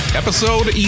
episode